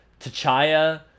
Tachaya